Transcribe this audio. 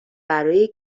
برای